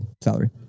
salary